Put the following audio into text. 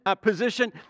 position